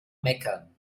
meckern